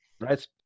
right